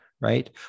right